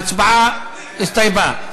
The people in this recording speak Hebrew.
ההצבעה הסתיימה.